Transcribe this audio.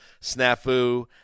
snafu